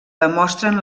demostren